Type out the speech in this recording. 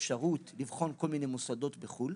האפשרות לבחון כל מיני מוסדות בחוץ לארץ,